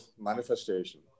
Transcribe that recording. manifestation